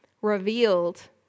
revealed